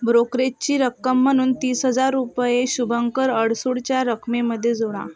ब्रोकरेजची रक्कम म्हणून तीस हजार रुपये शुभंकर अडसूडच्या रकमेमधे जोडा